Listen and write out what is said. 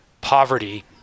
poverty